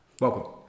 welcome